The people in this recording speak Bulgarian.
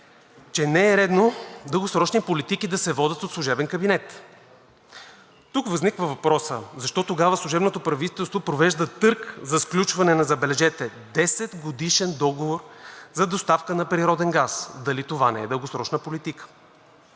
да се водят дългосрочни политики от служебен кабинет. Тук възниква въпросът: защо тогава служебното правителство провежда търг за сключване на, забележете, 10-годишен договор за доставка на природен газ? Дали това не е дългосрочна политика?!